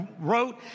wrote